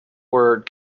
word